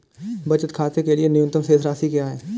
बचत खाते के लिए न्यूनतम शेष राशि क्या है?